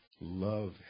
Love